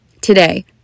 Today